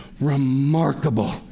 remarkable